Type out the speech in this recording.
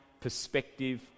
perspective